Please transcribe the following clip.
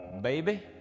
Baby